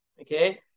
okay